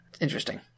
Interesting